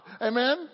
Amen